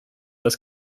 das